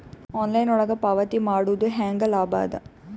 Online ಒಳಗ ಪಾವತಿ ಮಾಡುದು ಹ್ಯಾಂಗ ಲಾಭ ಆದ?